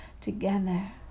together